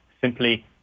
simply